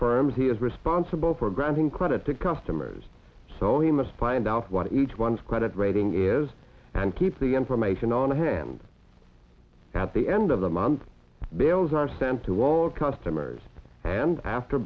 firms he is responsible for granting credit to customers so he must find out what each one's credit rating is and keep the information on hand at the end of the month bails are sent to all customers and after